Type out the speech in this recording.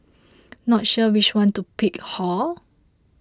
not sure which one to pick hor